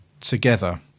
together